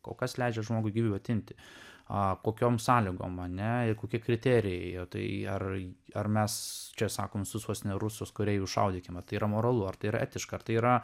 kol kas leidžia žmogui gyvybę atimti a kokiom sąlygom mane kokie kriterijai tai erai ar mes čia sakom visus vos ne rusus kurie jau šaudykime tai yra moralu ar tai yra etiška ar tai yra